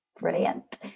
brilliant